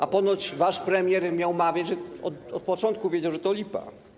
A ponoć wasz premier miał mawiać, że od początku wiedział, że to lipa.